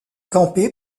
camper